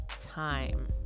time